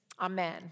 Amen